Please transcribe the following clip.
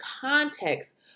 context